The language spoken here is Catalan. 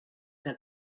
que